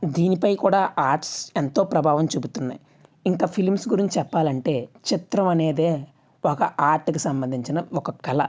దీనిపై కూడా ఆర్ట్స్ ఎంతో ప్రభావం చూపుతున్నాయి ఇంక ఫిలిమ్స్ గురించి చెప్పాలంటే చిత్రం అనేది ఒక ఆర్ట్కు సంబంధించిన ఒక కళ